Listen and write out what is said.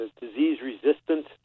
disease-resistant